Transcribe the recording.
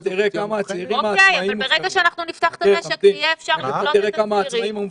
תכף אתה תראה כמה הצעירים העצמאיים מופקרים.